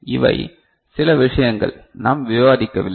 இவை சில விஷயங்கள் நாம் விவாதிக்கவில்லை